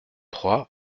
trois